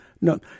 No